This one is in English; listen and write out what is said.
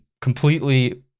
completely